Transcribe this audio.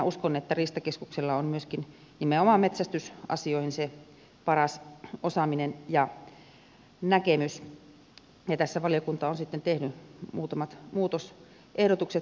uskon että riistakeskuksella on myöskin nimenomaan metsästysasioihin se paras osaaminen ja näkemys ja tässä valiokunta on sitten tehnyt muutamat muutosehdotukset